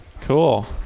Cool